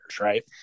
right